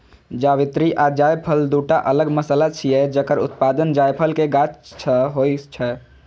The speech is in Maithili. जावित्री आ जायफल, दूटा अलग मसाला छियै, जकर उत्पादन जायफल के गाछ सं होइ छै